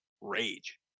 rage